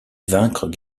vaincre